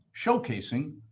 Showcasing